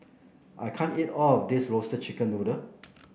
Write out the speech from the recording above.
I can't eat all of this Roasted Chicken Noodle